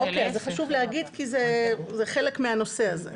אוקיי, אז חשוב להגיד כי זה חלק מהנושא הזה.